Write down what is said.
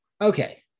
Okay